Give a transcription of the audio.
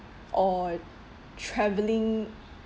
or travelling